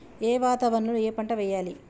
ఏ వాతావరణం లో ఏ పంట వెయ్యాలి?